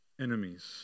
enemies